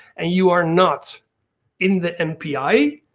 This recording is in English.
and you are not in the npi,